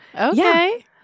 Okay